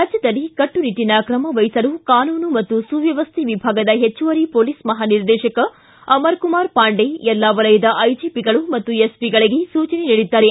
ರಾಜ್ಯದಲ್ಲಿ ಕಟ್ಟುನಿಟ್ಟನ ಕ್ರಮ ವಹಿಸಲು ಕಾನೂನು ಮತ್ತು ಸುವ್ಧವಸ್ಥೆ ವಿಭಾಗದ ಹೆಚ್ಚುವರಿ ಪೊಲೀಸ್ ಮಹಾ ನಿರ್ದೇಶಕ ಅಮರ್ ಕುಮಾರ್ ಪಾಂಡೆ ಎಲ್ಲಾ ವಲಯದ ಐಜಿಪಿಗಳು ಹಾಗೂ ಎಸ್ಪಿಗಳಿಗೆ ಸೂಚನೆ ನೀಡಿದ್ದಾರೆ